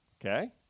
okay